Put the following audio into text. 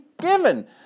given